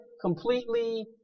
completely